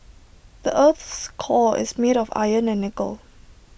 the Earth's core is made of iron and nickel